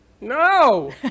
No